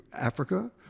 Africa